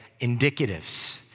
indicatives